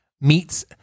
meets